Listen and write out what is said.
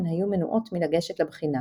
הן היו מנועות מלגשת לבחינה.